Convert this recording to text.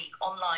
online